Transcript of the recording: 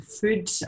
food